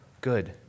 good